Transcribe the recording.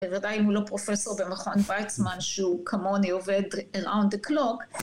בוודאי הוא לא פרופסור במכון ויצמן שהוא כמוני עובד around the clock